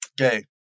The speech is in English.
Okay